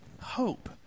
hope